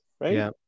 right